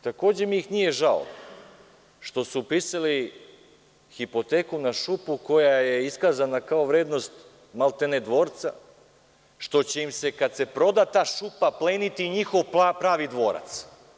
Takođe mi ih nije žao što su pisali hipoteku na šupu koja je iskazana kao vrednost maltene dvorca, što će im se kada se proda ta šupa pleniti njihov pravi dvorac.